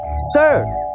Sir